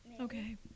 Okay